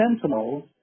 sentinels